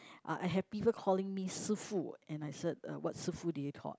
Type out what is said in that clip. uh I have people calling me 师傅 and I said uh what 师傅 did you thought